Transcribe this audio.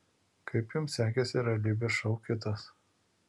kaip jums sekėsi realybės šou kitas